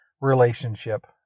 relationship